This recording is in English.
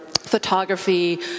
photography